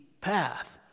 path